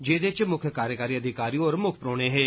जेह्दे इच मुक्ख कार्यकारी अधिकारी होर मुक्ख परौह्ने हे